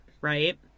right